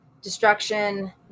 Destruction